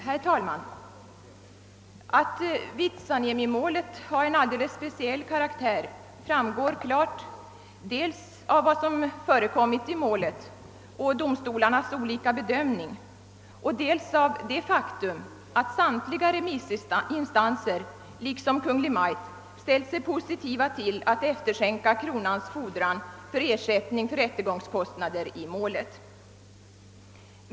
Herr talman! Att Vitsaniemimålet har en alldeles speciell karaktär framgår klart dels av vad som förekommit i målet och domstolarnas olika bedömningar, dels av det faktum att samtliga remissinstanser liksom Kungl. Maj:t ställt sig positiva till att efterskänka kronans fordran å ersättning för rättegångskostnader i målet.